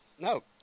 No